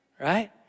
right